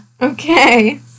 Okay